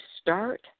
start